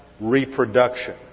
reproduction